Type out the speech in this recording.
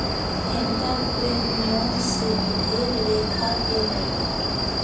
entrepreneurship ढेर लेखा के होला